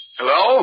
Hello